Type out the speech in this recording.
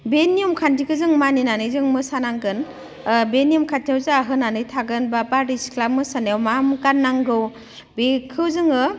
बे नियम खान्थिखो जों मानिनानै जों मोसानांगोन बे नेम खान्थियाव जा होनाय थागोन बारदैसिख्ला मोसानायाव मा गाननांगौ बेखो जोङो